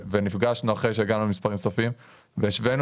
ונפגשנו אחרי שהגענו למספרים סופיים כדי להשוות,